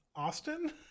austin